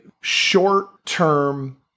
short-term